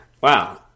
wow